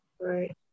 Right